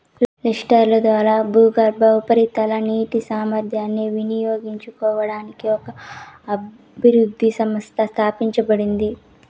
లిఫ్ట్ల ద్వారా భూగర్భ, ఉపరితల నీటి సామర్థ్యాన్ని వినియోగించుకోవడానికి ఒక అభివృద్ధి సంస్థ స్థాపించబడింది